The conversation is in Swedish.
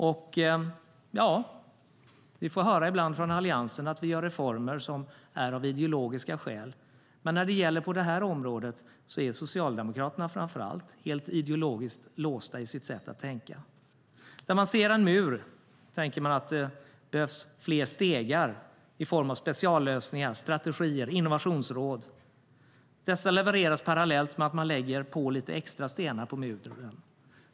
Vi i Alliansen får ibland höra att vi gör reformer av ideologiska skäl, men på det här området är framför allt Socialdemokraterna helt ideologiskt låsta i sitt sätt att tänka. När man ser en mur tänker man att det behövs fler stegar i form av speciallösningar och strategier, innovationsråd. Dessa levereras parallellt med att man lägger på några extra stenar på muren.